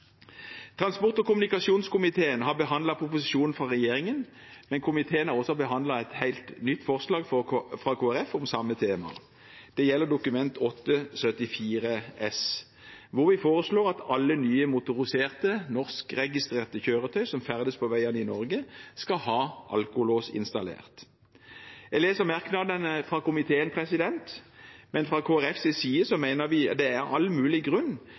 Transport- og kommunikasjonskomiteen har behandlet proposisjonen fra regjeringen, men komiteen har også behandlet et helt nytt forslag fra Kristelig Folkeparti om samme tema. Det gjelder Dokument 8:74 S for 2017–2018, hvor vi foreslår at alle nye motoriserte norskregistrerte kjøretøy som ferdes på veiene i Norge, skal ha alkolås installert. Jeg leser merknadene fra komiteen, men fra Kristelig Folkepartis side mener vi det er all mulig grunn